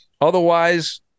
Otherwise